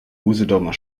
usedomer